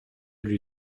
lui